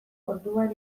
orduan